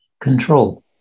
control